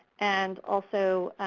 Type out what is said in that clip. and also